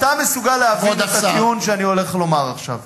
אתה מסוגל להבין את הטיעון שאני הולך לומר עכשיו.